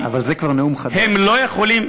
הם לא יכולים,